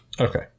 Okay